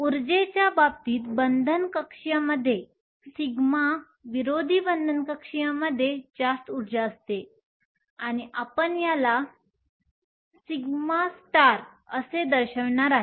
उर्जेच्या बाबतीत बंधन कक्षीयमध्ये सिग्मा विरोधी बंधन कक्षीयपेक्षा जास्त ऊर्जा असते आणि मी याला σ असे दर्शवणार आहे